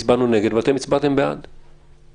אתם רואים את התולדה ואת התוצאה של חוק גרוע שנולד בחטא.